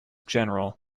general